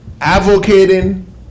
advocating